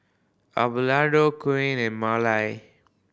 Abelardo Koen and Marely